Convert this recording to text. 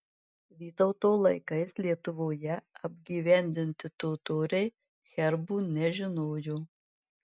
vytauto laikais lietuvoje apgyvendinti totoriai herbų nežinojo